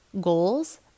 goals